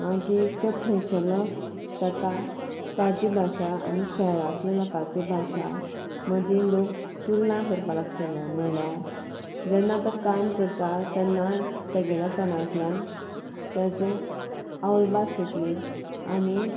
मागीर ते थंयचे लोक ताका ताजी भाशा आनी शहरांतल्या लोकांच्या भाशा मदीं लोक तुलना करपाक लागतले म्हणल्यार जेन्ना तो काम करता तेन्ना ताच्या तोंडांतल्यान ताजी आवय भास येतली आनी